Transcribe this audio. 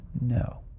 No